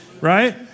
Right